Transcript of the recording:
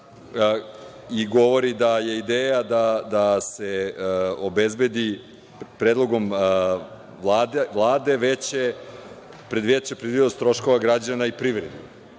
i govori da je ideja da se obezbedi predlogom Vlade veća predvidivost troškova, građana i privredi.